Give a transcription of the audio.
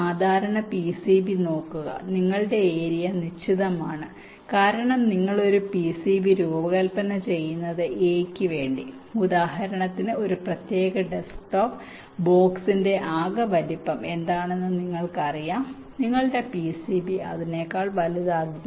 സാധാരണ ഒരു PCB നോക്കുക നിങ്ങളുടെ ഏരിയ നിശ്ചിതമാണ് കാരണം നിങ്ങൾ ഒരു PCB രൂപകൽപ്പന ചെയ്യുന്നത് a ക്കുവേണ്ടി ഉദാഹരണത്തിന് ഒരു പ്രത്യേക ഡെസ്ക്ടോപ്പ് ബോക്സിന്റെ ആകെ വലിപ്പം എന്താണെന്ന് നിങ്ങൾക്കറിയാം നിങ്ങളുടെ PCB അതിനെക്കാൾ വലുതാകില്ല